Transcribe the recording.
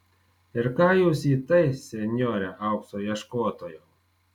ir ką jūs į tai senjore aukso ieškotojau